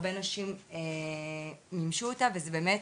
הרבה נשים מימשו אותה וזה באמת,